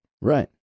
Right